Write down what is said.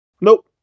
nope